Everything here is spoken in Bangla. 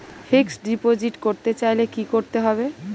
ফিক্সডডিপোজিট করতে চাইলে কি করতে হবে?